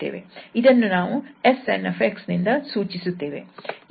ಇದನ್ನು ನಾವು 𝑆𝑛𝑥 ನಿಂದ ಸೂಚಿಸುತ್ತೇವೆ